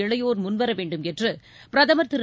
இளையோர் முன்வர வேண்டும் என்று பிரதமர் திரு